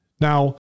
Now